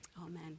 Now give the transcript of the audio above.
Amen